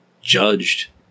judged